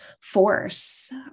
force